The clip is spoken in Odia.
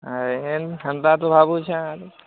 ହଏ ହେନ୍ତା ତ ଭାବୁଛେ ଆରୁ